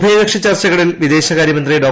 ഉഭയകക്ഷി ചർച്ചകളിൽ വിദേശകാർ്യമന്ത്രി ഡോ